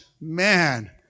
man